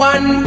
One